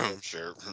Sure